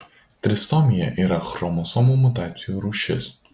trisomija yra chromosomų mutacijų rūšis